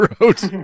wrote